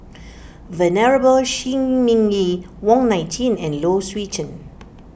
Venerable Shi Ming Yi Wong Nai Chin and Low Swee Chen